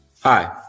Hi